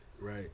right